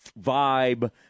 vibe